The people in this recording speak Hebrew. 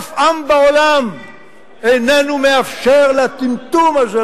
אף עם בעולם איננו מאפשר לטמטום הזה,